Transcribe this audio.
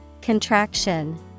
Contraction